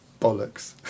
bollocks